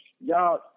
y'all